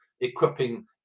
equipping